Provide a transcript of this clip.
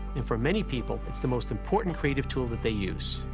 and for many people, it's the most important creative tool that they use.